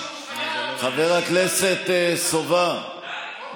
חבר הכנסת סובה,